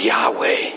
Yahweh